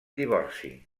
divorci